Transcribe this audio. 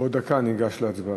בעוד דקה ניגש להצבעה.